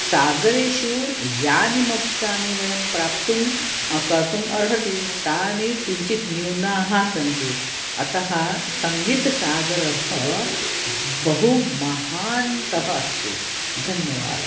सागरेषु यानि मौक्तिकानि वयं प्राप्तुं कर्तुम् अर्हन्ति तानि किञ्चित् न्यूनाः सन्ति अतः सङ्गीतसागरः बहु महान्तः अस्ति धन्यवादः